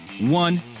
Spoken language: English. one